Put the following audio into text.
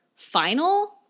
final